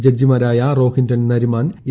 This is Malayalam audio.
ജഡ്ജിമാരായ റോഹിൻടൻ നരിമാൻ എ